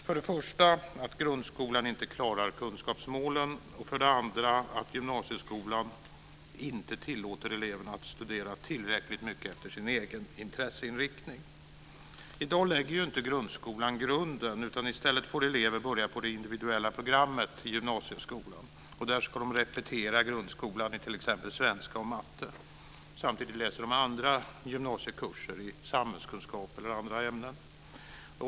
För det första klarar grundskolan inte kunskapsmålen. För det andra tillåter inte gymnasieskolan eleverna att studera tillräckligt mycket efter sin egen intresseinriktning. I dag lägger inte grundskolan grunden. I stället får elever börja på det individuella programmet i gymnasieskolan. Där ska de repetera grundskolan i t.ex. svenska och matte. Samtidigt läser de andra gymnasiekurser, i samhällskunskap eller andra ämnen.